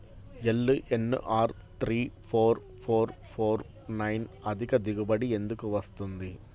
LNR three four four four nine అధిక దిగుబడి ఎందుకు వస్తుంది?